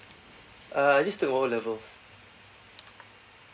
uh just did my O levels